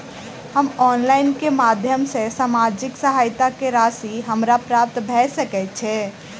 हम ऑनलाइन केँ माध्यम सँ सामाजिक सहायता केँ राशि हमरा प्राप्त भऽ सकै छै?